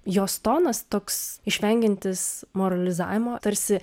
jos tonas toks išvengiantis moralizavimo tarsi